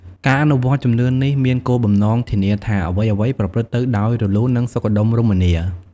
ការអនុវត្តជំនឿនេះមានគោលបំណងធានាថា អ្វីៗប្រព្រឹត្តទៅដោយរលូន និងសុខដុមរមនា។